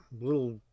little